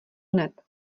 hned